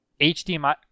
HDMI